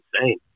insane